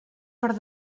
per